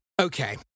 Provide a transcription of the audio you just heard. Okay